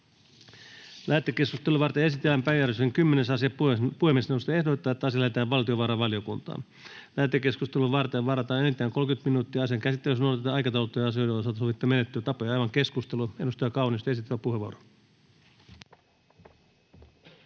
Lähetekeskustelua varten esitellään päiväjärjestyksen 10. asia. Puhemiesneuvosto ehdottaa, että asia lähetetään valtiovarainvaliokuntaan. Lähetekeskustelua varten varataan enintään 30 minuuttia. Asian käsittelyssä noudatetaan aikataulutettujen asioiden osalta sovittuja menettelytapoja. — Avaan keskustelun. Edustaja Kaunisto, esittelypuheenvuoro.